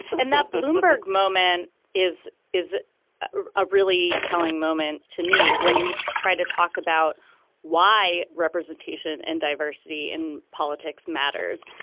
and that bloomberg moment is is a really telling moment to me when we try to talk about why representation and diversity in politics matters.